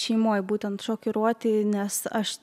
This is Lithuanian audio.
šeimoj būtent šokiruoti nes aš